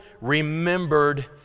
remembered